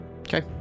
Okay